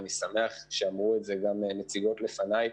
ואני שמח שאמרו את זה גם נציגות לפניי,